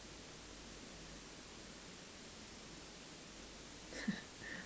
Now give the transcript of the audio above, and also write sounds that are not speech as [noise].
[laughs]